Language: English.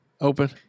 open